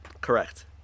correct